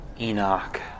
Enoch